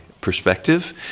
perspective